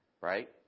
right